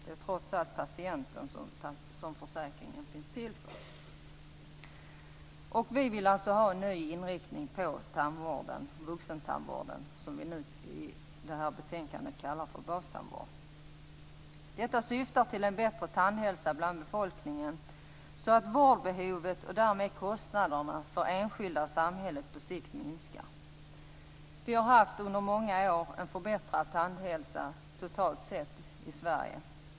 Det är trots allt patienten som försäkringen finns till för. Vi vill ha en ny inriktning på vuxentandvården, som i betänkandet kallas för bastandvård. Detta syftar till en bättre tandhälsa bland befolkningen så att vårdbehovet och därmed kostnaderna för enskilda och för samhället på sikt minskar. Vi har under många år haft en förbättrad tandhälsa totalt sett i Sverige.